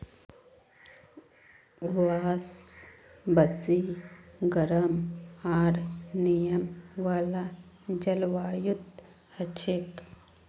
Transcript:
बांस बेसी गरम आर नमी वाला जलवायुत हछेक